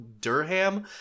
Durham